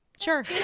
sure